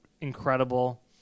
incredible